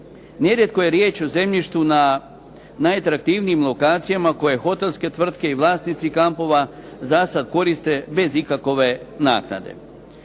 Nerijetko je riječ o zemljištu na najatraktivnijim lokacijama koje hotelske tvrtke i vlasnici kampova za sada koriste bez ikakve naknade.